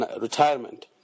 retirement